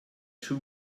two